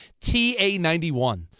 TA91